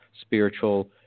spiritual